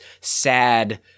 sad